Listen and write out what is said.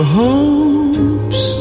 hopes